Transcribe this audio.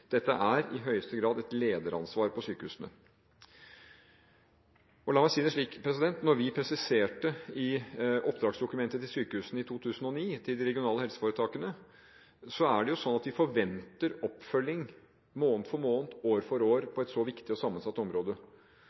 Dette er i høyeste grad et lederansvar på sykehusene. La meg si det slik: Da vi presiserte det i oppdragsdokumentet til sykehusene i 2009, til de regionale helseforetakene, er det slik at vi forventer oppfølging måned for måned, år for år på et så viktig og sammensatt område.